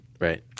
Right